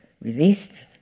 released